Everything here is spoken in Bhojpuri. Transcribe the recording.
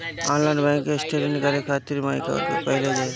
ऑनलाइन बैंक स्टेटमेंट निकाले खातिर माई अकाउंट पे पहिले जाए